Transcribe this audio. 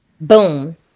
Boom